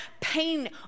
pain